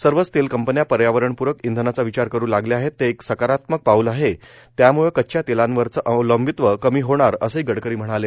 सर्वच तेल कंपन्या पर्यावरणपूरक इंधनाचा विचार करू लागल्या आहेत हे एक सकारात्मक पाऊल आहे त्याम्ळे कच्च्या तेलावरचं अवलंबित्व कमी होईल असंही गडकरी म्हणाले